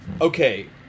Okay